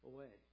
Away